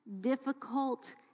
difficult